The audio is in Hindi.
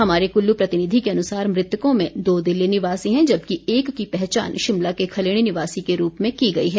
हमारे कुल्लू प्रतिनिधि के अनुसार मृतकों में दो दिल्ली निवासी हैं जबकि एक की पहचान शिमला के खलीणी निवासी के रूप में की गई है